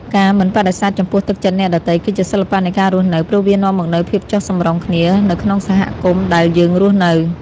ការមិនបដិសេធចំពោះទឹកចិត្តអ្នកដទៃ គឺជាសិល្បៈនៃការរស់នៅ ព្រោះវានាំមកនូវភាពចុះសម្រុងគ្នានៅក្នុងសហគមន៍ដែលយើងរស់នៅ។